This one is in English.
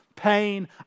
pain